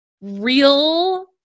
real